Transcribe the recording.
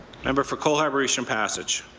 member for cole harbour-eastern passage.